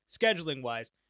scheduling-wise